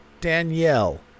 Danielle